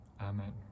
amen